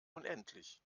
unendlich